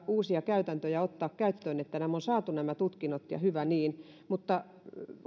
uusia käytäntöjä ottamaan käyttöön että nämä tutkinnot on saatu ja hyvä niin mutta